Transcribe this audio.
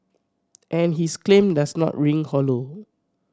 and his claim does not ring hollow